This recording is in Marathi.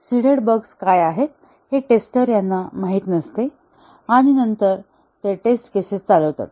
सीडेड बग्स काय आहेत हे टेस्टर याना माहित नसते आणि नंतर ते टेस्ट केसेस चालवतात